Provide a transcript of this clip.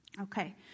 Okay